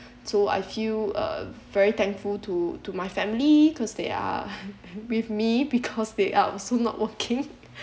so I feel uh very thankful to to my family cause they are with me because they are also not working